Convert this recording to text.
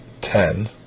ten